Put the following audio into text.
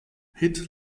hit